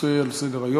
הנושא על סדר-היום,